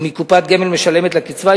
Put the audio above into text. ומקופת גמל משלמת לקצבה,